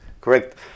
correct